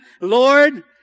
Lord